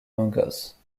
mangles